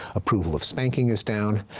approval of spanking is down.